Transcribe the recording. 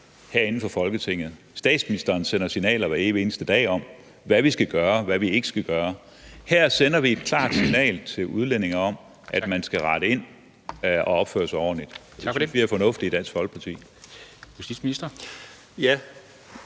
herinde fra Folketinget; statsministeren sender signaler hver evig eneste dag om, hvad vi skal gøre, og hvad vi ikke skal gøre. Her sender vi et klart signal til udlændinge om, at man skal rette ind og opføre sig ordentligt. Det synes vi i Dansk Folkeparti